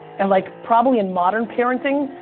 and like probably, in modern parenting,